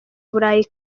burayi